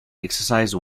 exercised